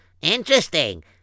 interesting